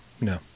no